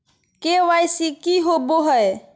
KYC की होबो है?